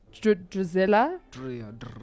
Drizella